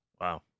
wow